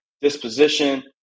disposition